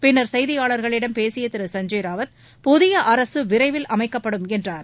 பின்னர் செய்தியாளர்களிடம் பேசிய திரு சஞ்ஜய் ராவத் புதிய அரசு விரைவில் அமைக்கப்படும் என்றார்